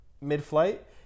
mid-flight